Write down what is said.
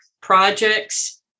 projects